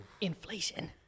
Inflation